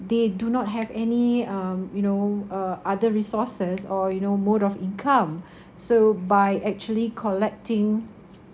they do not have any um you know uh other resources or you know mode of income so by actually collecting